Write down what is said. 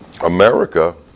America